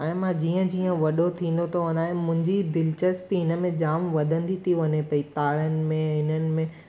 ऐं मां जीअं जीअं वॾो थींदो थो वञा ऐं मुंहिंजी दिलिचस्पी हिन में जाम वधंदी थी वञे पेई तारनि में हिननि में